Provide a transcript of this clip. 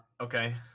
Okay